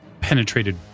penetrated